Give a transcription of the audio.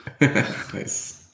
Nice